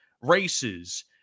races